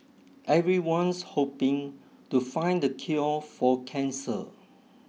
everyone's hoping to find the cure for cancer